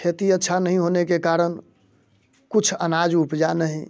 खेती अच्छा नहीं होने के कारण कुछ अनाज उपजा नहीं